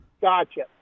Gotcha